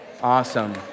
Awesome